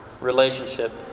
relationship